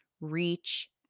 Reach